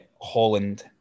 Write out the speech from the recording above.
Holland